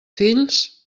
fills